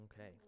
okay